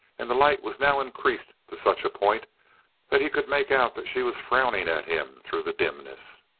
and the light was now increased to such a point that he could make out that she was frowning at him through the dimness.